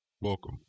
Welcome